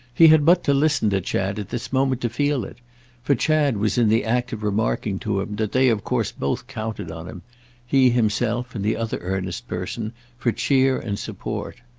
he had but to listen to chad at this moment to feel it for chad was in the act of remarking to him that they of course both counted on him he himself and the other earnest person for cheer and support.